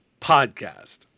Podcast